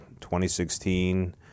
2016